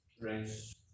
race